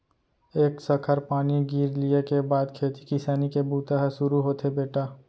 एक सखर पानी गिर लिये के बाद खेती किसानी के बूता ह सुरू होथे बेटा